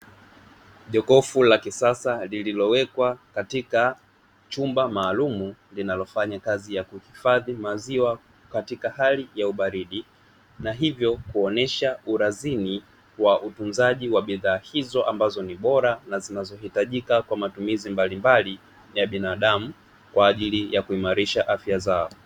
Jokofu la kisasa lililowekwa katika chumba maalum linalofanya kazi ya kuhifadhi maziwa katika hali ya ubaridi na hivyo, kuonyesha urazini kwa utunzaji wa bidhaa hizo ambazo ni bora na zinazohitajika kwa matumizi mbalimbali ya binadamu kwa ajili ya kuimarisha afya zao.